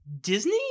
Disney